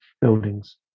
buildings